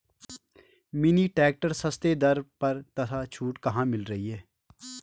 Mini tractor सस्ते दर पर तथा छूट कहाँ मिल रही है?